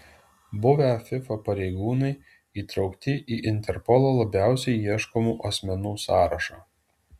buvę fifa pareigūnai įtraukti į interpolo labiausiai ieškomų asmenų sąrašą